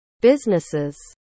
businesses